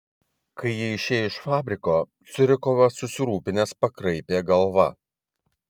kai jie išėjo iš fabriko curikovas susirūpinęs pakraipė galva